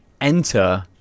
Enter